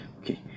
okay